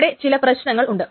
ഇവിടെ ചില പ്രശ്നങ്ങൾ ഉണ്ട്